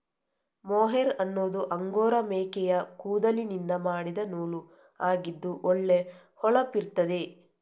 mohair ಅನ್ನುದು angora ಮೇಕೆಯ ಕೂದಲಿನಿಂದ ಮಾಡಿದ ನೂಲು ಆಗಿದ್ದು ಒಳ್ಳೆ ಹೊಳಪಿರ್ತದೆ